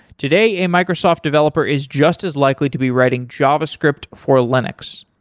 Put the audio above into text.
today, a microsoft developer is just as likely to be writing javascript for linus.